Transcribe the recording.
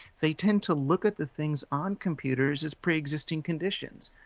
they tend to look at the things on computers as pre-existing conditions.